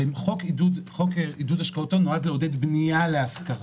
הרי חוק עידוד השקעות הון נועד לעודד בנייה להשכרה.